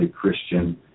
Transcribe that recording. Christian